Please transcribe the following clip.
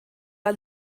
war